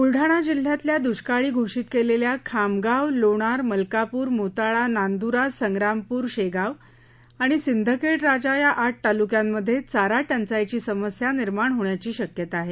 ब्लडाणा जिल्हयातल्या दुष्काळी घोषीत केलेल्या खामगाव लोणार मलकापुर मोताळा नांदुरा संप्रामपुर शेगाव आणि सिंदखेड राजा या आठ तालुक्यांमध्ये चारा टंचाईची समस्या निर्माण होण्याची शक्यता आहे